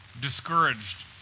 discouraged